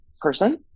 person